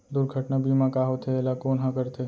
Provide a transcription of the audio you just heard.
दुर्घटना बीमा का होथे, एला कोन ह करथे?